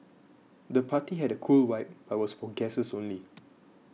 the party had a cool vibe but was for guests only